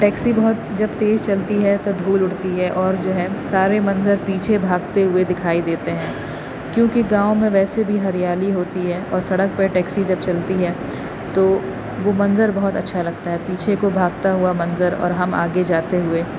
taxi بہت جب تیز چلتی ہے تو دھول اڑتی ہے اور جو ہے سارے منظر پیچھے بھاگتے ہوئے دکھائی دیتے ہیں کیوںکہ گاؤں میں ویسے بھی ہریالی ہوتی ہے اور سڑک پر ٹیکسی جب چلتی ہے تو وہ منظر بہت اچھا لگتا ہے پیچھے کو بھاگتا ہوا منظر اور ہم آگے جاتے ہوئے